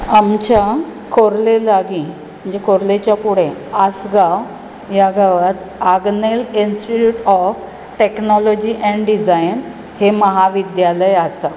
आमच्या खोर्ले लागीं म्हणजे खोर्लेचे फुडें आसगांव ह्या गांवांत Agnel institute of technology and design हें महाविद्यालय आसा